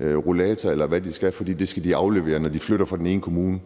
rollator, eller hvad det kan være, for den skal de aflevere, når de flytter fra den ene kommune.